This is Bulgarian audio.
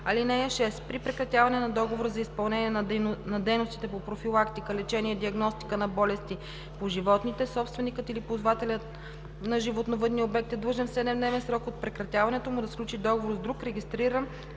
закона. (6) При прекратяване на договора за изпълнение на дейностите по профилактика, лечение и диагностика на болести по животните собственикът или ползвателят на животновъдния обект е длъжен в 7-дневен срок от прекратяването му да сключи договор с друг регистриран